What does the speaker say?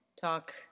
talk